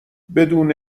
بدون